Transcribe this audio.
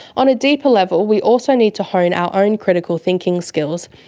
on a deeper level, we also need to hone our own critical thinking skills,